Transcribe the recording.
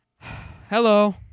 hello